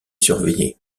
surveiller